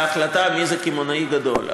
להחלטה מי זה קמעונאי גדול.